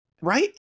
Right